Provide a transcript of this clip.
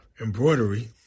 embroidery